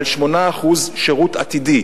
על 8% על שירות עתידי.